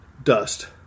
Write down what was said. Dust